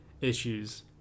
issues